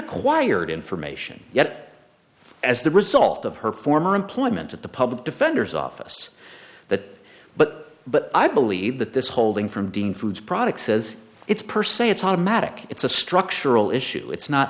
acquired information yet as the result of her former employment at the public defender's office that but but i believe that this holding from dean foods products says it's per se it's automatic it's a structural issue it's not